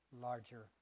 larger